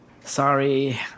Sorry